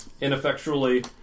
ineffectually